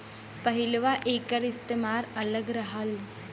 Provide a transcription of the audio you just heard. पहिलवां एकर इस्तेमाल अलग रहल